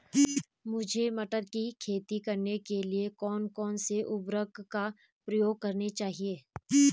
मुझे मटर की खेती करने के लिए कौन कौन से उर्वरक का प्रयोग करने चाहिए?